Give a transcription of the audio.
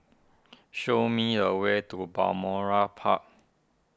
show me the way to Balmoral Park